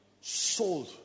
sold